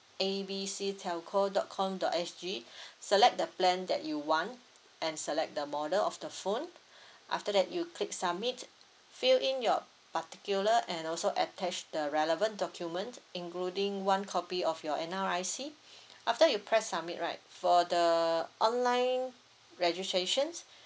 A B C telco dot com dot S G select the plan that you want and select the model of the phone after that you click submit fill in your particular and also attach the relevant document including one copy of your N_R_I_C after you press submit right for the online registrations